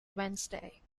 wednesday